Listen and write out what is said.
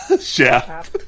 Chef